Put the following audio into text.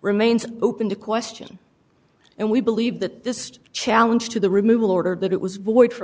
remains open to question and we believe that this challenge to the removal order that it was void for